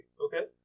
okay